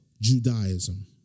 Judaism